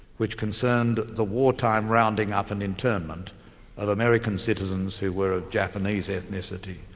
which concerned the wartime rounding up and internment of american citizens who were of japanese ethnicity,